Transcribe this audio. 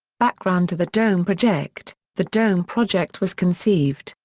background to the dome project the dome project was conceived,